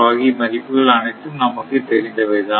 ஆகிய மதிப்புகள் அனைத்தும் நமக்கு தெரிந்தவை தான்